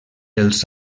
els